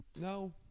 no